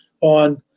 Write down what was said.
on